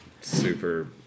super